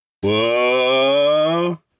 whoa